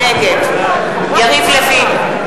נגד יריב לוין,